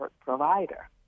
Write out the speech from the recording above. provider